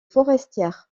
forestières